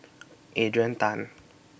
Adrian Tan